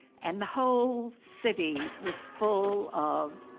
and the whole city was full of